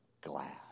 glad